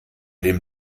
dem